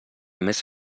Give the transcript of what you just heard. més